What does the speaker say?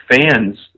fans